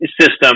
system